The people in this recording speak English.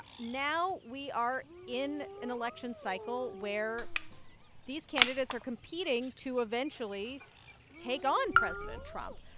now we are in an election cycle where these candidates are competing to eventually take on president trump.